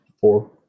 four